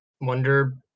wonder